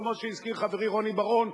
כמו שהזכיר חברי רוני בר-און,